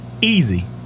Easy